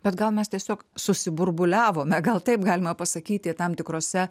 bet gal mes tiesiog susiburbuliavome gal taip galima pasakyti tam tikrose